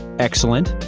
excellent,